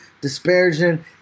disparaging